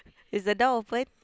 is the door open